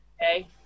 Okay